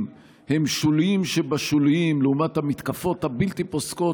הם שוליים שבשוליים לעומת המתקפות הבלתי-פוסקות